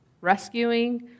rescuing